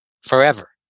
forever